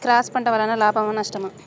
Cross పంట వలన లాభమా నష్టమా?